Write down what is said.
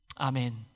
Amen